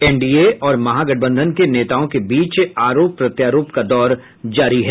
NDA और महागठबंधन के नेताओं के बीच आरोप प्रत्यारोप का दौर जारी है